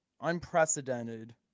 unprecedented